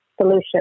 Solution